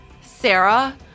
sarah